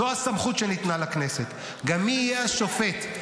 זאת הסמכות שניתנה לכנסת, גם מי יהיה השופט.